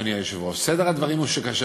אדוני היושב-ראש: סדר הדברים הוא שכאשר